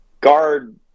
guard